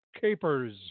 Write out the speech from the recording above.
capers